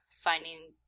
finding